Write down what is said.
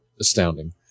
astounding